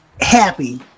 happy